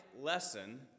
lesson